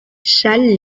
challes